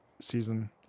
season